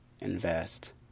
invest